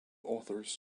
authors